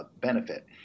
benefit